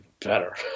better